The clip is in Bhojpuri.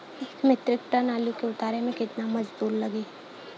एक मित्रिक टन आलू के उतारे मे कितना मजदूर लागि?